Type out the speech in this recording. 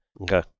Okay